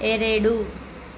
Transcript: ಎರಡು